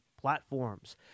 platforms